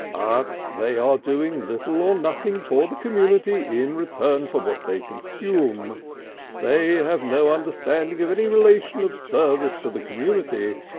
but they are doing little or ah nothing for the community in return for what they consume they have no understanding of any relation of service to the community,